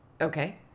Okay